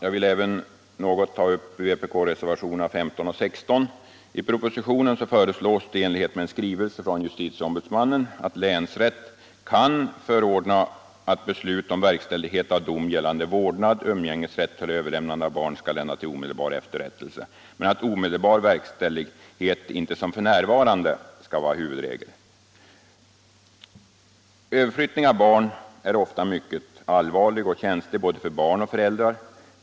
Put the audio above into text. Jag vill även något ta upp vpk-reservationerna 15 och 16. I propositionen föreslås i enlighet med en skrivelse från justitieombudsmannen att länsrätt kan förordna att beslut om verkställighet av dom gällande vårdnad, umgängesrätt eller överlämnande av barn skall lända till omedelbar efterrättelse men att omedelbar verkställighet inte som f.n. skall vara huvudregel. Överflyttning av barn är ofta mycket allvarlig och känslig för både barn och föräldrar.